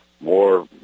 more